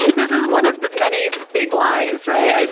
yeah this is one of the many big lies, right?